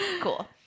cool